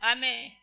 Amen